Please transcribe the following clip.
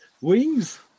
wings